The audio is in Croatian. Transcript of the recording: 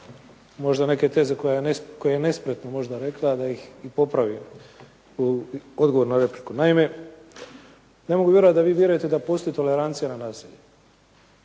možda neke teze koje je nespretno možda rekla da ih i popravi odgovor na repliku. Naime, ne mogu vjerovati da vi vjerujete da postoji tolerancija na nasilje,